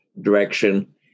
direction